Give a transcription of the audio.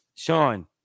Sean